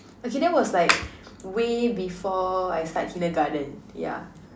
okay that was like way before I start Kindergarten yeah